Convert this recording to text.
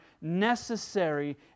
necessary